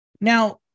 Now